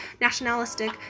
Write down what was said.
nationalistic